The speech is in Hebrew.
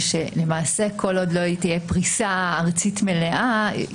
שלמעשה כל עוד לא תהיה פריסה ארצית מלאה,